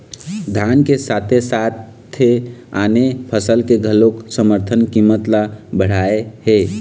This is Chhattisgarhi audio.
धान के साथे साथे आने फसल के घलोक समरथन कीमत ल बड़हाए हे